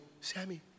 Sammy